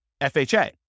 FHA